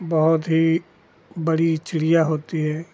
बहुत ही बड़ी चिड़िया होती है